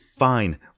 fine